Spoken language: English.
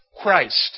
Christ